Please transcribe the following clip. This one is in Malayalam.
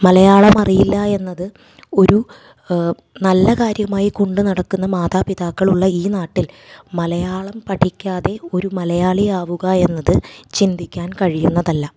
മലയാളമറിയില്ല എന്നത് ഒരു നല്ല കാര്യമായി കൊണ്ട് നടക്കുന്ന മാതാപിതാക്കളുള്ള ഈ നാട്ടിൽ മലയാളം പഠിക്കാതെ ഒരു മലയാളി ആവുക എന്നത് ചിന്തിക്കാൻ കഴിയുന്നതല്ല